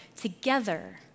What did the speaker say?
together